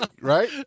right